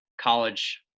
college